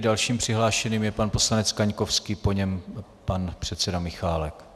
Dalším přihlášeným je pan poslanec Kaňkovský, po něm pan předseda Michálek.